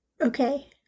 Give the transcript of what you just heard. Okay